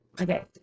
Okay